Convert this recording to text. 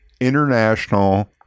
international